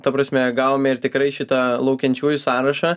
ta prasme gavome ir tikrai šitą laukiančiųjų sąrašą